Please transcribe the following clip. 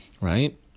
right